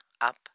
up